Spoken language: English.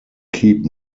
keep